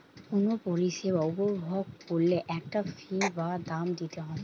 কুনো পরিষেবা উপভোগ কোরলে একটা ফী বা দাম দিতে হই